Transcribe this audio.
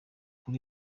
kuri